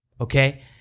Okay